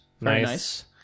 Nice